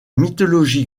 mythologie